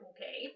Okay